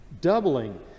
Doubling